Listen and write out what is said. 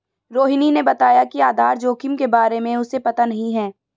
रोहिणी ने बताया कि आधार जोखिम के बारे में उसे पता नहीं है